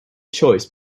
choice